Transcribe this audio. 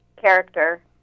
character